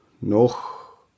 noch